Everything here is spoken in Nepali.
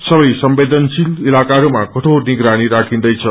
सबै संवेदनशील इलाकाहरूमा कठोर निगरानी राखिदैछ